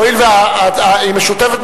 הואיל והיא משותפת,